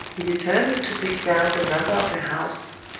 he determined to take down the number of the house,